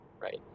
right